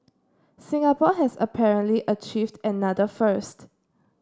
Singapore has apparently achieved another first